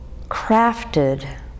crafted